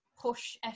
push